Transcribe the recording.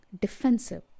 defensive